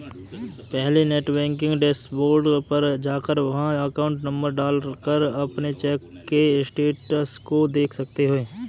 पहले net banking dashboard पर जाकर वहाँ अकाउंट नंबर डाल कर अपने चेक के स्टेटस को देख सकते है